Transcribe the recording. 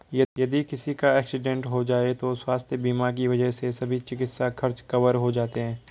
यदि किसी का एक्सीडेंट हो जाए तो स्वास्थ्य बीमा की वजह से सभी चिकित्सा खर्च कवर हो जाते हैं